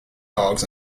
dogs